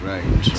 Right